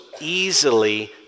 easily